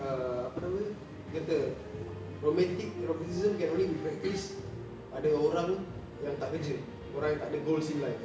err apa nama dia dia kata romantic romanticism can only be practised pada orang yang tak kerja orang yang tak ada goals in life